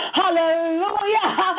hallelujah